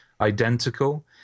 identical